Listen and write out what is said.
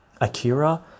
Akira